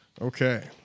Okay